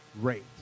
rate